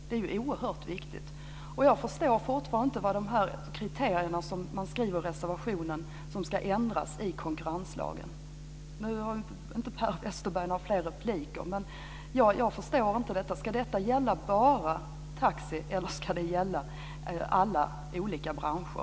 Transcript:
Det är oerhört viktigt. Jag förstår fortfarande inte vad det är för kriterier som ska ändras i konkurrenslagen, som man skriver i reservationen. Nu har inte Per Westerberg några fler repliker. Men jag förstår inte detta. Ska detta gälla bara taxiföretagen, eller ska det gälla alla branscher?